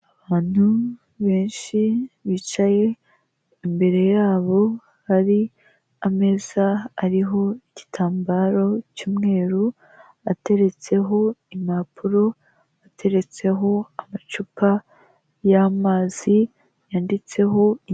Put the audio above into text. Abantu benshi bicaye, imbere yabo hari ameza ariho igitambaro cy'umweru, ateretseho impapuro ateretseho amacupa y'amazi yanditseho.